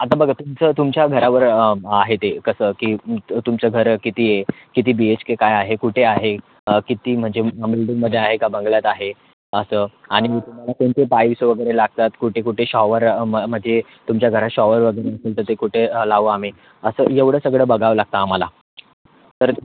आता बघा तुमचं तुमच्या घरावर आहे ते कसं की तर तुमचं घर किती आहे किती बी एच के काय आहे कुठे आहे किती म्हणजे बिल्डिंगमध्ये आहे का बंगल्यात आहे असं आणि मुख्य म्हणा त्यांचे टाईल्स वगैरे लागतात कुठे कुठे शॉवर मग माझे तुमच्या घरात शॉवर वगैरे तुमचं ते कुठे लावू आम्ही असं एवढं सगळं बघावं लागतं आम्हाला तर